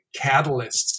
catalysts